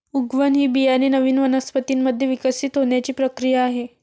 उगवण ही बियाणे नवीन वनस्पतीं मध्ये विकसित होण्याची प्रक्रिया आहे